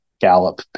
gallop